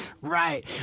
Right